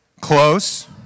Close